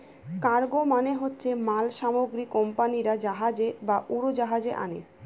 cargo মানে হচ্ছে মাল সামগ্রী কোম্পানিরা জাহাজে বা উড়োজাহাজে আনে